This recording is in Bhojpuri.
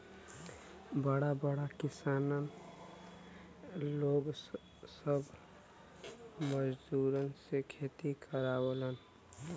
बड़ा बड़ा किसान लोग सब मजूरन से खेती करावलन